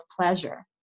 pleasure